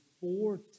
four